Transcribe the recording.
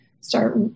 start